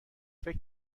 فکر